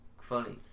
funny